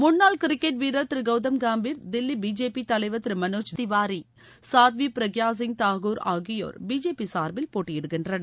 முன்னாள் கிரிக்கெட் வீரர் திரு கவுதம் கம்பீர் தில்லி பிஜேபி தலைவர் திரு மனோஜ் திவாரி சாத்வி பிரக்யா சிங் தாகூர் ஆகியோர் பிஜேபி சார்பில் போட்டியிடுகின்றனர்